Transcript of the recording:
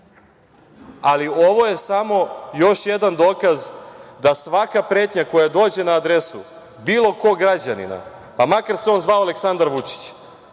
jasno. Ovo je samo još jedan dokaz da svaka pretnja koja dođe na adresu bilo kog građanina, makar se on zvao Aleksandar Vučić,